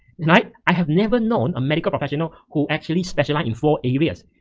tonight, i have never known a medical professional who actually specialize in four areas.